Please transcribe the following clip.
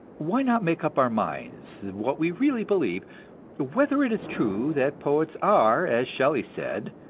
why not make up our minds what we really believe whether it is true that poets are, as shelley said,